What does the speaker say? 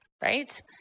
right